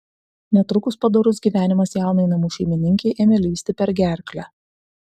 netrukus padorus gyvenimas jaunai namų šeimininkei ėmė lįsti per gerklę